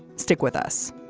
stick with us